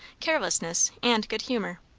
carelessness, and good humour.